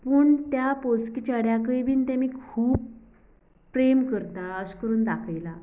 पूण त्या पोसक्या चेड्याकूय बी तेमी खूब प्रेम करता अशे करून दाखयला